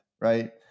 right